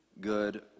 good